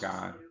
God